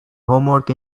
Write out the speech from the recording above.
homework